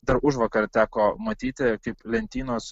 dar užvakar teko matyti kaip lentynos